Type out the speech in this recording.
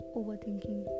overthinking